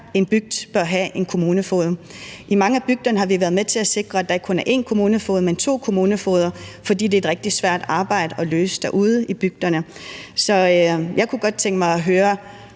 en bygd bør have en kommunefoged. I mange af bygderne har vi været med til at sikre, at der ikke kun er én kommunefoged, men to kommunefogeder, fordi det er en rigtig svær opgave at løse derude i bygderne. Så jeg kunne godt tænke mig at høre